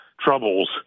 troubles